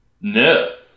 No